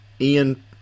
ian